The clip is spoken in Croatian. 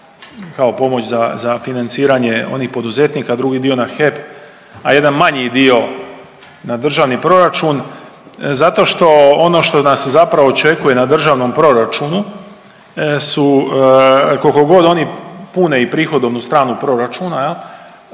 kao pomoć za, za financiranje onih poduzetnika, drugi dio na HEP, a jedan manji dio na državni proračun zato što ono što nas zapravo očekuje na državnom proračunu su kolko god oni pune i prihodovnu stranu proračuna jel